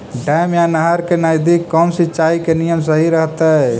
Dam या नहर के नजदीक कौन सिंचाई के नियम सही रहतैय?